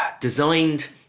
designed